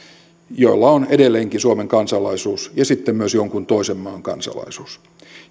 joilla on edelleenkin suomen kansalaisuus ja sitten myös jonkun toisen maan kansalaisuus